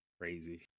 Crazy